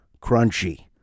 crunchy